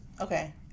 Okay